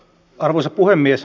arvoisa puhemies